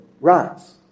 Rise